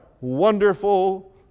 wonderful